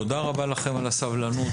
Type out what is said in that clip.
תודה רבה לכם על הסבלנות.